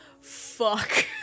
Fuck